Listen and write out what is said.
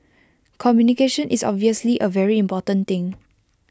communication is obviously A very important thing